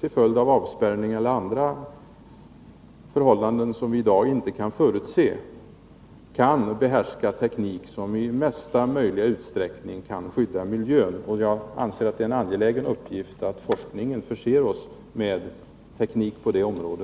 till följd av avspärrning eller andra förhållanden, som vi i dag inte kan förutse, behöver utnyttja dessa mineral, behärskar en teknik som i största möjliga utsträckning skyddar miljön. Jag anser att det är en angelägen uppgift för forskningen att förse oss med en teknik på detta område.